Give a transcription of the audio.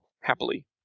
happily